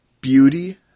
beauty